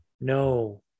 no